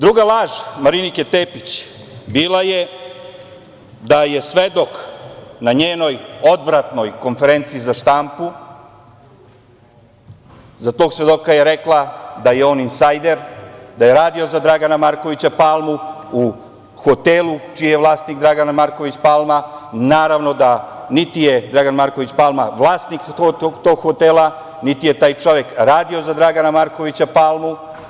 Druga laž Marinike Tepić bila je da je svedok na njenoj odvratnoj konferenciji za štampu, za tog svedoka je rekla da je on insajder, da je radio za Dragana Markovića Palmu u hotelu čiji je vlasnik Dragan Marković Palma, naravno da niti je Dragan Marković Palma vlasnik tog hotela, niti je taj čovek radio za Dragana Markovića Palmu.